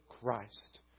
Christ